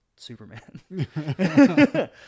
Superman